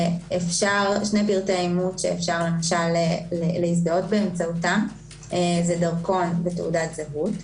שני פרטי האימות שאפשר למשל להזדהות באמצעותם זה דרכון ותעודת זהות.